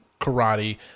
karate